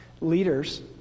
leaders